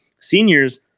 seniors